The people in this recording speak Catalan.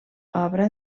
obra